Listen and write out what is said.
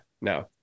no